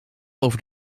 over